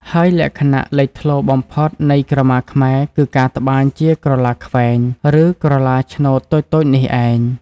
ហើយលក្ខណៈលេចធ្លោបំផុតនៃក្រមាខ្មែរ គឺការត្បាញជាក្រឡាខ្វែង ឬក្រឡាឈ្នូតតូចៗនេះឯង។